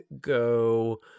go